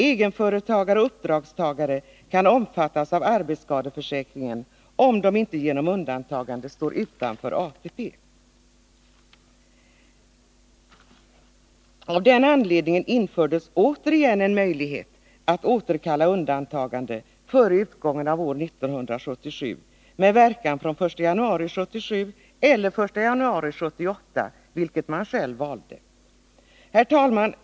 Egenföretagare och uppdragsföretagare kan omfattas av arbetsskadeförsäkringen om de inte genom undantagande står utanför ATP. Av denna anledning infördes återigen en möjlighet att återkalla undantagande före utgången av år 1977 med verkan fr.o.m. den 1 januari 1977 eller den 1 januari 1978, vilket man själv valde. Herr talman!